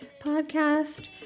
podcast